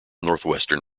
northwestern